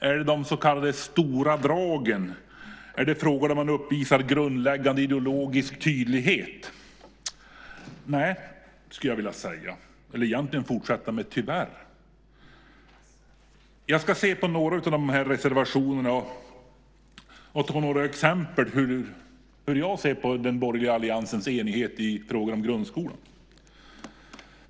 Är det de så kallade stora dragen? Är det fråga om att man uppvisar grundläggande ideologisk tydlighet? Nej, skulle jag vilja säga, och jag borde egentligen fortsätta med: tyvärr. Jag ska se på några av reservationerna och ta några exempel på hur jag ser på den borgerliga alliansens enighet i frågor om grundskolan.